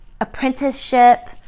apprenticeship